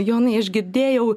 jonai aš girdėjau